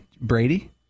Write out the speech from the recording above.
Brady